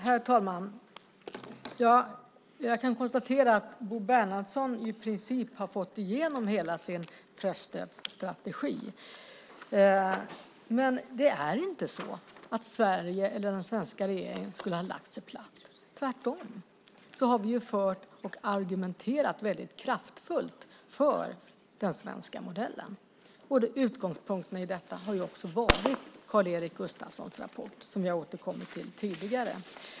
Herr talman! Jag kan konstatera att Bo Bernhardsson i princip har fått igenom hela sin presstödsstrategi. Men det är inte så att den svenska regeringen skulle ha lagt sig platt. Tvärtom har vi argumenterat väldigt kraftfullt för den svenska modellen. En av utgångspunkterna i detta har också varit Karl-Erik Gustafssons rapport, som vi har återkommit till tidigare.